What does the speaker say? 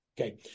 Okay